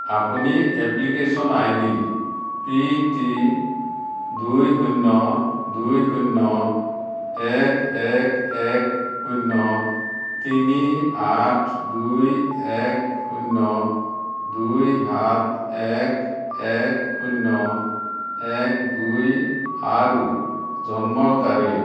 আপুনি application I D P T দুই শূন্য দুই শূন্য এক এক এক শূন্য তিনি আঠ দুই এক শূন্য দুই সাত এক এক শূন্য এক দুই আৰু জন্মৰ তাৰিখ